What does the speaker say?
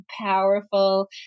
powerful